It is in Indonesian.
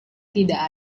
tidak